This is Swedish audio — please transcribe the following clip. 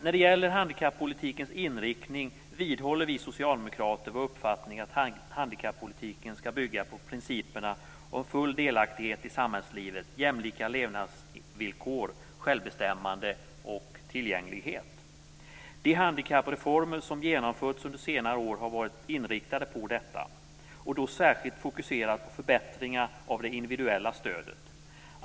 När det gäller handikappolitikens inriktning vidhåller vi socialdemokrater vår uppfattning att handikappolitiken skall bygga på principerna om full delaktighet i samhällslivet, jämlika levnadsvillkor, självbestämmande och tillgänglighet. De handikappreformer som genomförts under senare år har varit inriktade på detta, och då särskilt fokuserat på förbättringar av det individuella stödet.